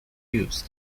used